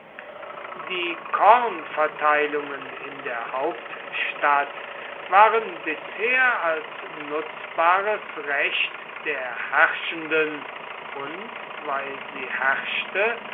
die kornverteilungen in der hauptstadt waren bisher als nutzbares recht der herrschenden und weil sie herrschte